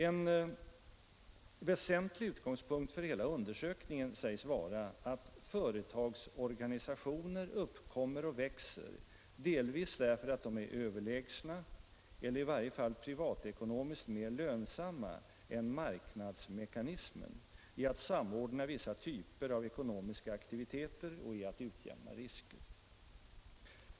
En väsentlig utgångspunkt för hela undersökningen sägs vara, att ”företagsorganisationer uppkommer och växer delvis därför att de är överlägsna marknadsmekanismen i att samordna vissa typer av ekonomiska aktiviteter och i att utjämna risker”.